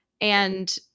And-